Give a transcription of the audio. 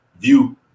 view